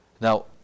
Now